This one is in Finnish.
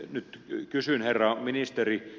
nyt kysyn herra ministeri